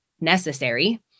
necessary